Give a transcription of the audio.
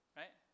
right